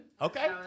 Okay